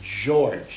George